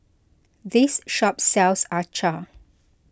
this shop sells Acar